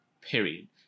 Period